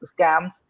scams